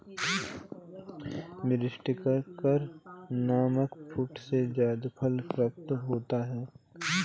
मीरीस्टिकर नामक पेड़ से जायफल प्राप्त होता है